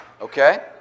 Okay